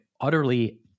utterly